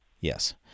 Yes